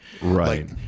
Right